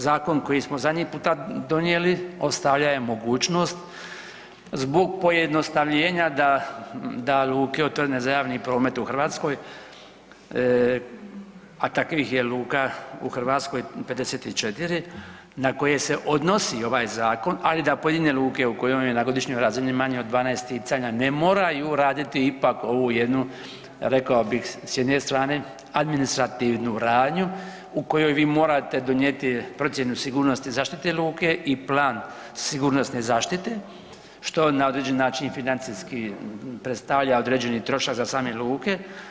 Zakon koji smo zadnji puta donijeli ostavljao je mogućnost zbog pojednostavljenja da luke otvorene za javni promet u Hrvatskoj a takvih je luka u Hrvatskoj 54 na koje se odnosi ovaj zakon, ali da pojedine luke u kojoj je na godišnjoj razini manje od 12 ticanja ne moraju raditi ipak ovu jednu rekao bih s jedne strane administrativnu radnju u kojoj vi morate donijeti procjenu sigurnosti zaštite luke i plan sigurnosne zaštite što na određen način i financijski predstavlja određeni trošak za same luke.